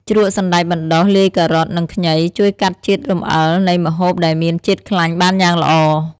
ជ្រក់សណ្តែកបណ្តុះលាយការ៉ុត និងខ្ញី ជួយកាត់ជាតិរំអិលនៃម្ហូបដែលមានជាតិខ្លាញ់បានយ៉ាងល្អ។